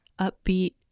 upbeat